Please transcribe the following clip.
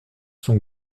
sont